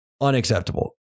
Unacceptable